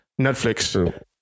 Netflix